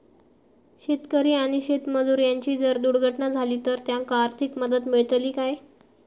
शेतकरी आणि शेतमजूर यांची जर दुर्घटना झाली तर त्यांका आर्थिक मदत मिळतली काय?